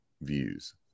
views